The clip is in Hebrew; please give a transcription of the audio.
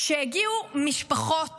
כשהגיעו משפחות